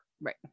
Right